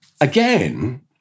again